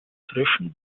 frischen